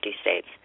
states